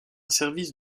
service